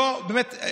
באמת,